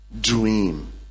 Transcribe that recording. dream